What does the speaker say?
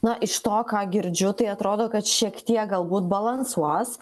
na iš to ką girdžiu tai atrodo kad šiek tiek galbūt balansuos